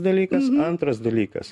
dalykas antras dalykas